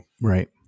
Right